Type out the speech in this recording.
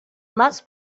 must